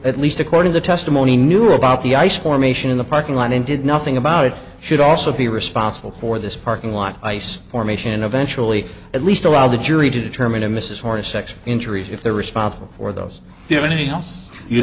at least according to testimony knew about the ice formation in the parking lot and did nothing about it should also be responsible for this parking lot ice formation of eventually at least allow the jury to determine a mrs fargus sex injuries if they're responsible for those who have any